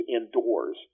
indoors